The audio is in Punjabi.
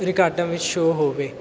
ਰਿਕਾਰਡਾਂ ਵਿੱਚ ਸ਼ੋ ਹੋਵੇ